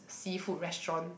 seafood restaurant